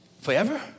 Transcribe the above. forever